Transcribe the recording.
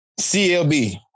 CLB